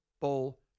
Bowl